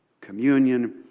Communion